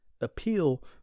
appeal